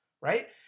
right